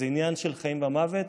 זה עניין של חיים ומוות.